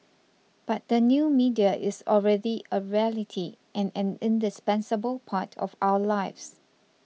but the new media is already a reality and an indispensable part of our lives